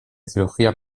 cirugía